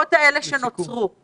בנסיבות האלה שנוצרו,